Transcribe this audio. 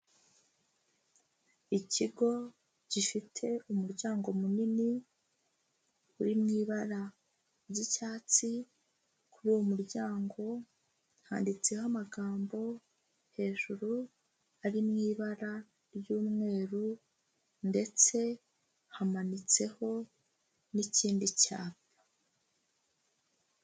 Ikigo gifite umuryango munini uri mu ibara ry'icyatsi, kuri uwo muryango handitseho amagambo hejuru ari mu ibara ry'umweru ndetse hamanitseho n'ikindi cyapa.